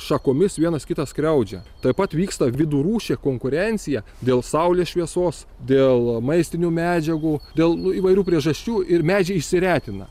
šakomis vienas kitą skriaudžia taip pat vyksta vidurūšė konkurencija dėl saulės šviesos dėl maistinių medžiagų dėl nu įvairių priežasčių ir medžiai išsiretina